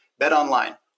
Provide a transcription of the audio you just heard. BetOnline